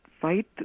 fight